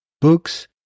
books